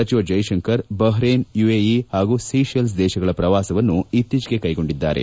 ಸಚಿವ Jaishankar Bahrain UAE ಹಾಗೂ Seychelles ದೇಶಗಳ ಪ್ರವಾಸವನ್ನು ಇತ್ತೀಚೆಗೆ ಕೈಗೊಂಡಿದ್ದಾರೆ